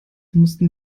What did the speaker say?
mussten